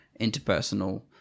interpersonal